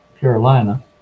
Carolina